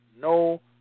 no